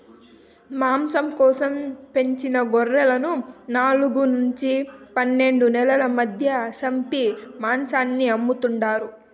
మాంసం కోసం పెంచిన గొర్రెలను నాలుగు నుండి పన్నెండు నెలల మధ్య సంపి మాంసాన్ని అమ్ముతారు